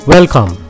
Welcome